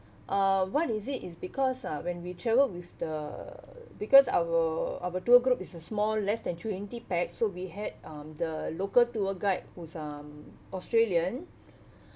uh what is it is because uh when we traveled with the because our our tour group is a small less than twenty pax so we had um the local tour guide who's um australian